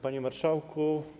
Panie Marszałku!